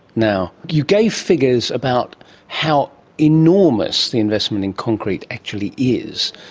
now, you gave figures about how enormous the investment in concrete actually is,